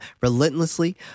relentlessly